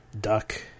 duck